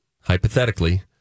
hypothetically